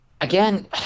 again